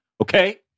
Okay